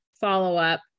follow-up